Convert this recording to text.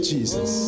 Jesus